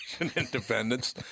independence